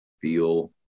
feel